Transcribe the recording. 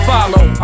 Follow